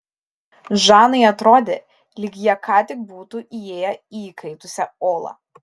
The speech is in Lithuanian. žanai atrodė lyg jie ką tik būtų įėję į įkaitusią olą